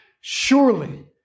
surely